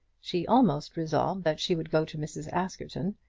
she almost resolved that she would go to mrs. askerton.